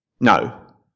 No